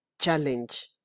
Challenge